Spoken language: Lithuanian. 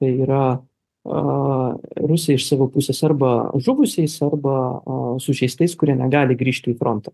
tai yra a rusija iš savo pusės arba žuvusiais arba a sužeistais kurie negali grįžti į frontą